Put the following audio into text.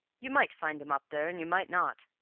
you might find him up there and you might not.